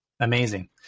Amazing